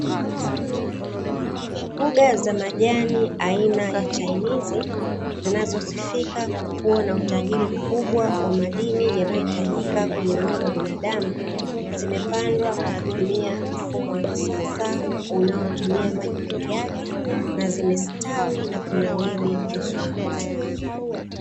Mboga za majani aina ya chainizi, zinazosifika kuwa na utajiri mkubwa wa madini zinazotumika kwa mwili wa binadamu. Zimepandwa kwa kutumia mfumo wa kisasa unaotumia maji peke yake na zimestawi na kunawiri vizuri.